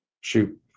Shoot